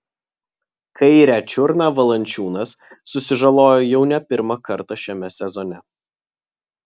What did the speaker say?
kairę čiurną valančiūnas susižalojo jau ne pirmą kartą šiame sezone